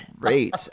great